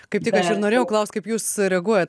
kaip tik aš ir norėjau klaust kaip jūs reaguojat